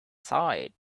side